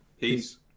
peace